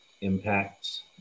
impacts